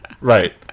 Right